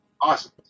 awesome